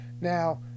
Now